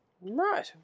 Right